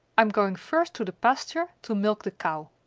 i'm going first to the pasture to milk the cow.